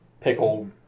pickled